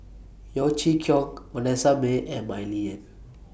Yeo Chee Kiong Vanessa Mae and Mah Li Lian